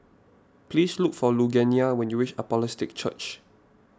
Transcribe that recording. please look for Lugenia when you reach Apostolic Church